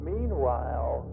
Meanwhile